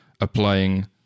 applying